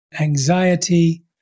anxiety